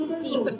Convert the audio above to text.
deep